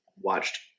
watched